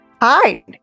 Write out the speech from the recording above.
Hi